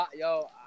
Yo